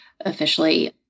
officially